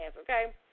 okay